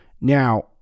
Now